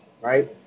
right